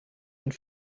and